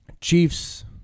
Chiefs